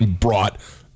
brought